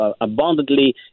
abundantly